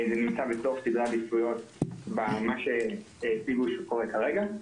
זה נמצא בתוך סדרי העדיפויות במה שהציגו שקורה כרגע,